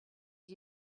get